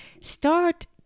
Start